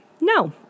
No